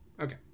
Okay